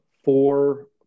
four